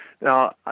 Now